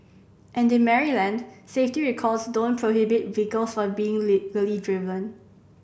and in Maryland safety recalls don't prohibit vehicles from being legally driven